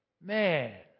Man